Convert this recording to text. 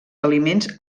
aliments